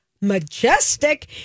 majestic